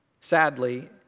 Sadly